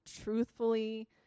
truthfully